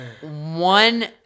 one